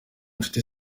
nshuti